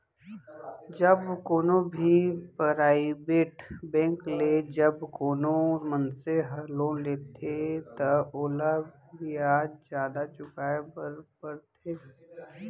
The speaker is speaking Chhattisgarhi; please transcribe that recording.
जब कोनो भी पराइबेट बेंक ले जब कोनो मनसे ह लोन लेथे त ओला बियाज जादा चुकाय बर परथे